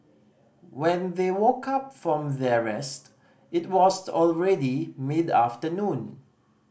when they woke up from their rest it was already mid afternoon